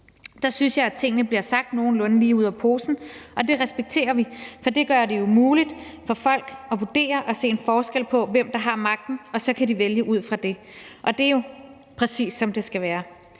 Der synes jeg, at tingene bliver sagt nogenlunde lige ud af posen, og det respekterer vi, for det gør det jo muligt, at folk kan vurdere og se en forskel på, hvem der har magten, og så kan de vælge ud fra det, og det er jo, som det skal være.«